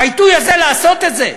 בעיתוי הזה לעשות את זה?